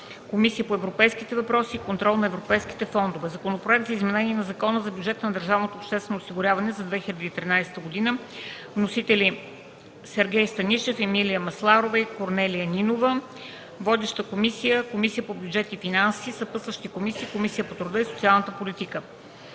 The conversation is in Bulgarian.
Комисията по европейските въпроси и контрол на европейските фондове. Законопроект за изменение на Закона за бюджета на държавното обществено осигуряване за 2013 г. Вносители – Сергей Станишев, Емилия Масларова и Корнелия Нинова. Водеща е Комисията по бюджет и финанси. Съпътстваща е Комисията по труда и социалната политика.